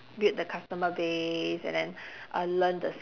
build the customer base and then uh learn the